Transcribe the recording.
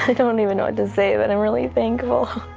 don't even know what to say, but i'm really thankful.